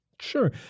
Sure